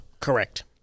Correct